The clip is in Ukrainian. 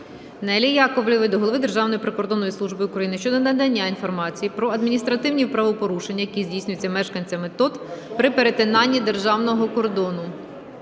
Неллі Яковлєвої до Голови Державної прикордонної служби України щодо надання інформації про адміністративні правопорушення, які здійснюються мешканцями ТОТ при перетині державного кордону.